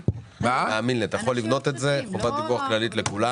אתה יכול לבנות את זה כחובת דיווח כללית לכולם.